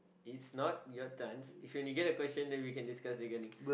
it's not your turns if when you get a question then we can discuss again